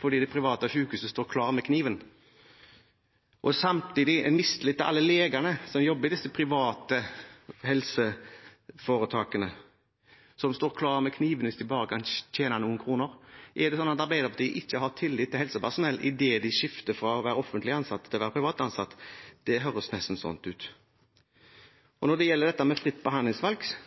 fordi man i det private sykehuset står klar med kniven. Samtidig ser jeg en mistillit til alle legene som jobber i disse private helseforetakene, som står klare med kniven hvis de bare kan tjene noen kroner. Er det sånn at Arbeiderpartiet ikke har tillit til helsepersonell idet de skifter fra å være offentlig ansatte til å være privat ansatte? Det høres nesten sånn ut. Når det gjelder dette med fritt behandlingsvalg,